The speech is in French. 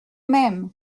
même